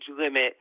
limit